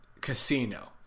casino